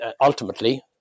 ultimately